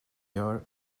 gör